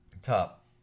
Top